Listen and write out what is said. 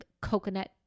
coconut